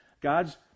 God's